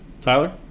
Tyler